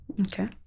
Okay